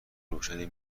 روشنی